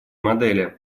модели